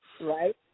Right